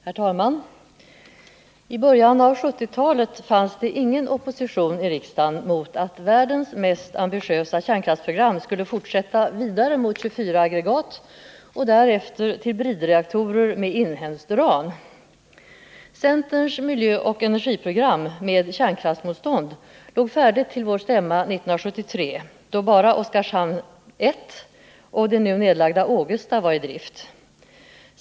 Herr talman! I början av 1970-talet fanns det ingen opposition i riksdagen mot att världens mest ambitiösa kärnkraftsprogram skulle fortsätta vidare mot 24 aggregat och därefter till bridreaktorer med inhemskt uran. Centerns miljöoch energiprogram med kärnkraftmotstånd låg färdigt till vår stämma 1973, då bara Oskarshamn 1 och det nu nedlagda Ågesta var i drift.